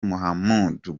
muhammadu